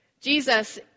Jesus